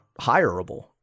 hireable